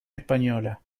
española